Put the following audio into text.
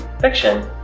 fiction